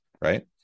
right